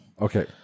okay